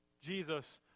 Jesus